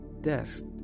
desk